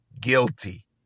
guilty